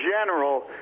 general